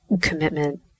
commitment